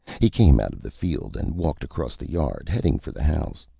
he came out of the field and walked across the yard, heading for the house.